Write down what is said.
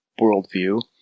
worldview